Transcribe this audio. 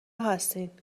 هستین